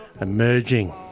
emerging